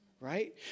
right